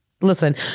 Listen